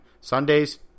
Sundays